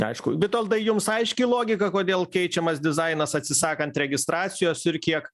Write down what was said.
aišku vitoldai jums aiški logika kodėl keičiamas dizainas atsisakant registracijos ir kiek